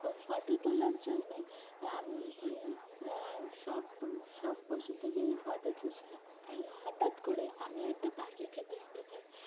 ও photo তোলার জন্যে আমি সব সব পশু পাখিরই ফটো তুলছিলাম হঠাৎ করে আমি একটা পাখিকে দেখতে পাই